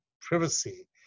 privacy